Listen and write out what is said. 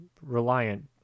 reliant